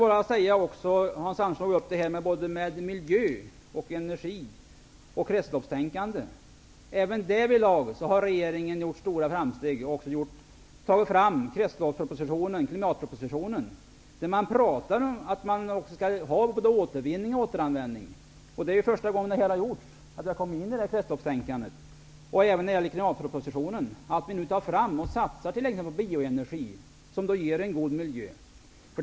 Hans Andersson tog upp det här med miljö, energi och kretsloppstänkande. Även därvidlag har regeringen gjort stora framsteg och tagit fram kretsloppspropositionen och klimatpropositionen. Man talar där om att vi skall ha både återvinning och återanvändning. Det är första gången som vi har kommit in på kretsloppstänkande. Det gäller även klimatpropositionen. Man vill satsa på bioenergi, som ger en god miljö.